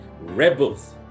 Rebels